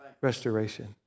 Restoration